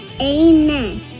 Amen